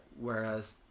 Whereas